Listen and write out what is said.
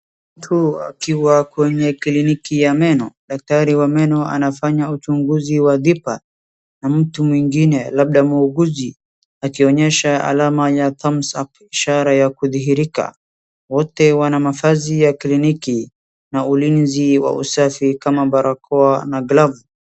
Mtu akiwa kwenye kliniki ya meno. Daktari wa meno anafanya uchunguzi wa dhiba, na mtu mwingine labda muuguzi akionyesha alama ya thumbs up , ishara ya kudhihirika. Wote wana mavazi ya kliniki na ulinzi wa usafi kama barakoa na glavu.